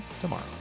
tomorrow